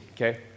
okay